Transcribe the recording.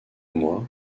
mois